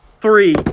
three